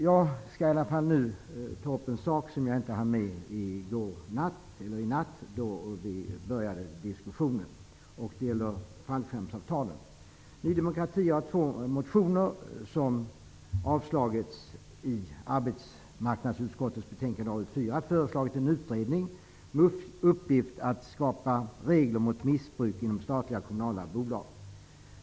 Jag skall nu ta upp en sak som jag inte hann med i går kväll när vi började diskussionen om AU4. Det gäller fallskärmsavtalen. Ny demokrati har i två motioner, som avstyrkts av arbetsmarknadsutskottet, föreslagit att en utredning skall tillsättas med uppgift att skapa regler mot missbruk inom statliga och kommunala bolag.